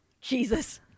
Jesus